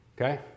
okay